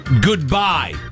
goodbye